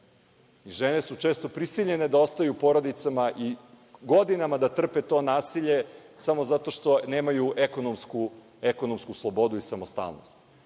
Žene su često prisiljene da ostaju u porodicama i godinama da trpe to nasilje samo zato što nemaju ekonomsku slobodu i samostalnost.